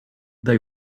they